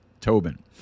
Tobin